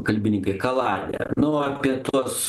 kalbininkai kaladę nu apie tuos